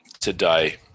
today